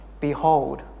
Behold